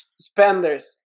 Spenders